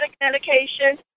medication